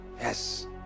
Yes